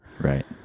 Right